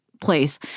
place